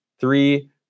three